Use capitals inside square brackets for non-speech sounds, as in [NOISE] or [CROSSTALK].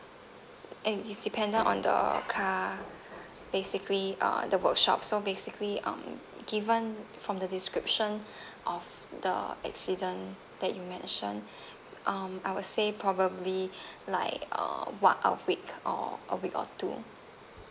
and it's dependent on the car basically uh the workshop so basically um given from the description [BREATH] of the accident that you mentioned [BREATH] um I would say probably [BREATH] like uh what a week or a week or two